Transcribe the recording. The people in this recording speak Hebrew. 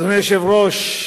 אדוני היושב-ראש,